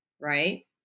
right